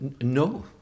No